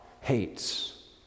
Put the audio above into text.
hates